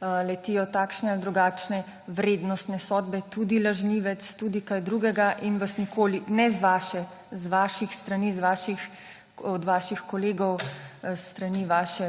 letijo takšne ali drugačne vrednostne sodbe, tudi lažnivec tudi kaj drugega z vaših strani, od vaših kolegov, s strani vaše